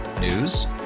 News